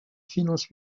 finances